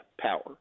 power